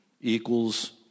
equals